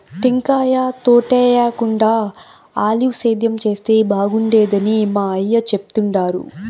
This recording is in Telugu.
టెంకాయ తోటేయేకుండా ఆలివ్ సేద్యం చేస్తే బాగుండేదని మా అయ్య చెప్తుండాడు